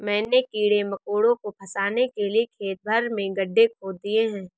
मैंने कीड़े मकोड़ों को फसाने के लिए खेत भर में गड्ढे खोद दिए हैं